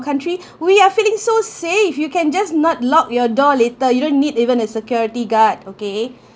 country we are feeling so safe you can just not lock your door later you don't need even a security guard okay